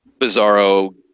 Bizarro